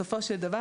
בסופו של דבר,